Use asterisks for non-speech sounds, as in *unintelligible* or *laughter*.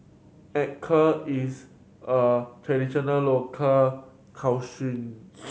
acar is a traditional local *unintelligible*